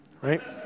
right